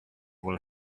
will